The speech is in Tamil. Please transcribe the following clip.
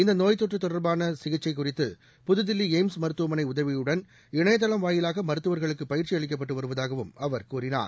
இந்தநோய்த்தொற்றுதொடர்பானசிகிச்சைகுறித்து புதுதில்லிஎய்ம்ஸ் மருத்துவனைஉதவியுடன் இணையதளம் வாயிலாகமருத்துவர்களுக்குபயிற்சிஅளிக்கப்பட்டுவருவதாகவும் அவர் கூறினார்